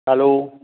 હાલો